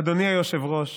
אדוני היושב-ראש: